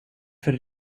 för